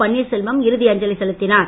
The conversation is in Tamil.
பன்னீர்செல்வம் இறுதி அஞ்சலி செலுத்தினார்